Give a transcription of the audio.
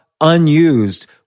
unused